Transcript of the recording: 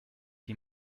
die